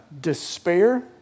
despair